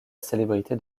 célébrité